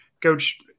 Coach